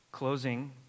Closing